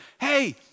hey